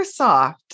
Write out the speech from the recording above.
Microsoft